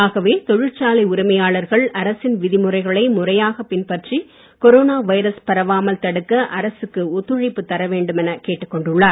ஆகவே தொழிற்சாலை உரிமையாளர்கள் அரசின் விதிமுறைகளை முறையாகப் பின்பற்றி கொரோனா வைரஸ் பரவாமல் தடுக்க அரசுக்கு ஒத்துழைப்பு தர வேண்டும் எனக் கேட்டுக் கொண்டுள்ளார்